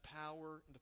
power